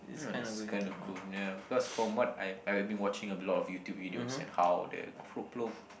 oh this is kind of cool ya because from what I I had been watching a lot of YouTube videos at how the